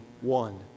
one